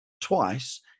twice